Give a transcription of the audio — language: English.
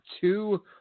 two